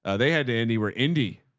ah they had andy were indy.